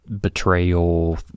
betrayal